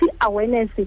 awareness